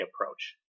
approach